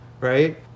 right